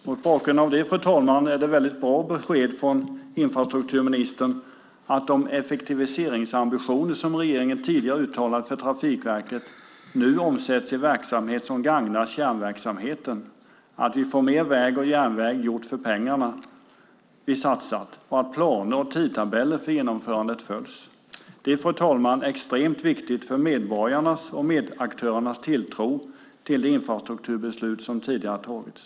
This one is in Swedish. Mot bakgrund av detta, fru talman, är det väldigt bra besked från infrastrukturministern att de effektiviseringsambitioner som regeringen tidigare uttalat för Trafikverket nu omsätts i verksamhet som gagnar kärnverksamheten, att vi får mer väg och järnväg gjorda för pengarna vi satsat och att planer och tidtabeller för genomförandet följs. Det, fru talman, är extremt viktigt för medborgarnas och medaktörernas tilltro till de infrastrukturbeslut som tidigare har fattats.